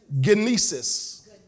genesis